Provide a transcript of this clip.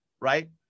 right